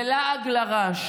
זה לעג לרש.